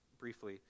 briefly